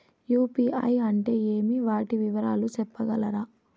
UPI అంటే ఏమి? వాటి వివరాలు సెప్పగలరా?